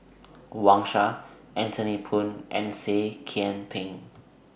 Wang Sha Anthony Poon and Seah Kian Peng